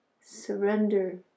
surrender